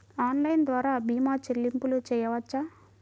Online ద్వార భీమా చెల్లింపులు చేయవచ్చా?